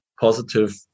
positive